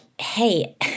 Hey